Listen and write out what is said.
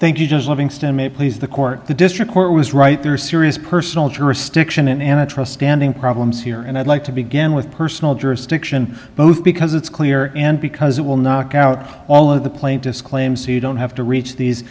thank you just livingston may please the court the district court was right there are serious personal jurisdiction and i trust standing problems here and i'd like to begin with personal jurisdiction both because it's clear and because it will knock out all of the plaintiff's claims you don't have to reach these